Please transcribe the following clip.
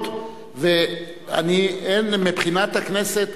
המטלות מבחינת הכנסת.